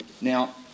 Now